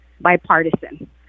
bipartisan